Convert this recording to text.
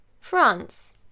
France